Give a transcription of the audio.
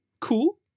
Cool